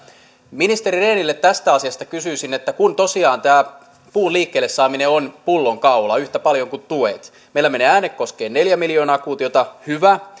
ministeri rehniltä tästä asiasta kysyisin kun tosiaan tämä puun liikkeellesaaminen on pullonkaula yhtä paljon kuin tuet meillä menee äänekoskelle neljä miljoonaa kuutiota hyvä